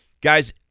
Guys